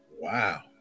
Wow